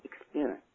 experience